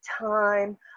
time